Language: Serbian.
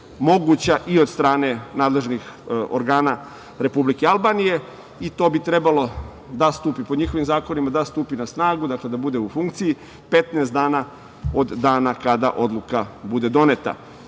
moguća i od strane nadležnih organa Republike Albanije i to bi trebalo, po njihovim zakonima, da stupi na snagu, da bude u funkciji, 15 dana od dana kada odluka bude doneta. Na